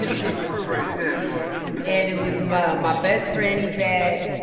that's a crew right there, boy and it was my my best friend yvette.